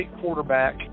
quarterback